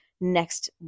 next